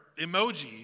emoji